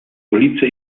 ulice